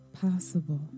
possible